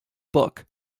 book